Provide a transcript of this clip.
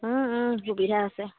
সুবিধা আছে